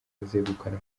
bazegukana